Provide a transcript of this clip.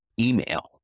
email